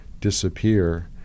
disappear